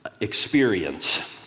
experience